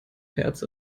herz